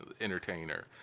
entertainer